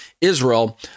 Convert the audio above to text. Israel